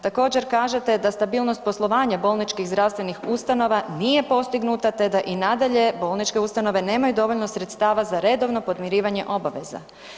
Također kažete da stabilnost poslovanja bolničkih zdravstvenih ustanova nije postignuta, te da i nadalje bolničke ustanove nemaju dovoljno sredstava za redovno podmirivanje obaveza.